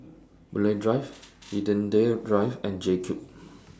Boon Lay Drive Hindhede Drive and JCube